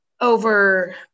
over